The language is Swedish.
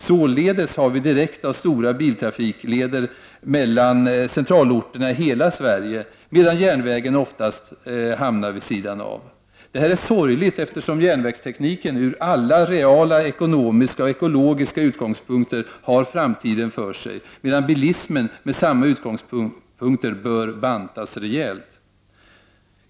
Således har vi direkta och stora biltrafikleder mellan centralorterna i hela Sverige, medan järnvägen oftast hamnar vid sidan av. Detta är sorgligt eftersom järnvägstekniken från alla reala ekonomiska och ekologiska utgångspunkter har framtiden för sig, medan bilismen med samma utgångspunkter bör bantas rejält.